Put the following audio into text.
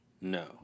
No